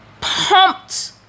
pumped